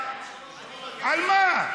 על מה?